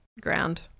ground